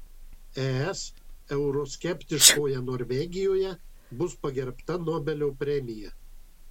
es euroskeptiškoje norvegijoje bus pagerbta nobelio premija